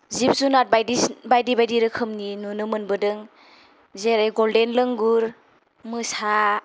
जिब जुनार बायदिसिना बायदि बायदि रोखोमनि नुनो मोनबोदों जेरै गल्देन लंगुर मोसा